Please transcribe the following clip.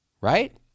right